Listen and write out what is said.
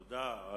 תודה.